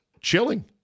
chilling